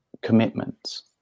commitments